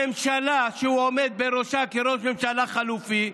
הממשלה שהוא עומד בראשה כראש ממשלה חליפי,